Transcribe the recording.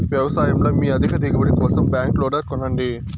వ్యవసాయంలో మీ అధిక దిగుబడి కోసం బ్యాక్ లోడర్ కొనండి